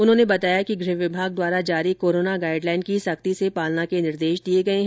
उन्होंने बताया कि गृह विभाग द्वारा जारी कोरोना गाइडलाइन की सख्ती से पालना करने के निर्देश दिये गये हैं